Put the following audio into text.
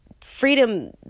freedom